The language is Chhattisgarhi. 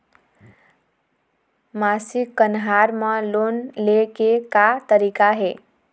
मासिक कन्हार म लोन ले के का तरीका हे?